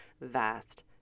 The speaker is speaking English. vast